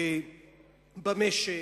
במשק,